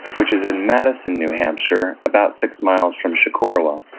which is in madison, new hampshire, about six miles from chocorua.